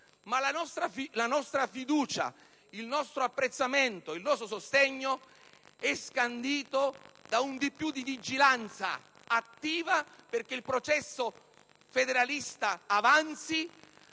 Ma la nostra fiducia, il nostro apprezzamento e il nostro sostegno sono scanditi da un di più di vigilanza attiva affinché il processo federalista avanzi,